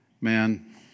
Man